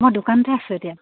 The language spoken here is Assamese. মই দোকানতে আছো এতিয়া